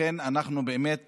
אנחנו באמת